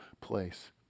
place